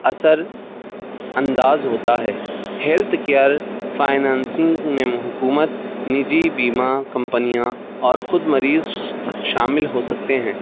اثرانداز ہوتا ہے ہیلتھ کیئر فائنانسنگ میں حکومت نجی بیمہ کمپنیاں اور خود مریض شامل ہو سکتے ہیں